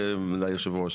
כי בדרך כלל,